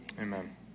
Amen